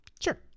Sure